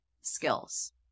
skills